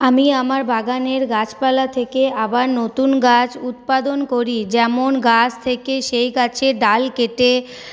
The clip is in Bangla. আমি আমার বাগানের গাছপালা থেকে আবার নতুন গাছ উৎপাদন করি যেমন গাছ থেকে সেই গাছের ডাল কেটে